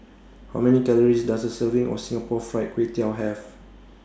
How Many Calories Does A Serving of Singapore Fried Kway Tiao Have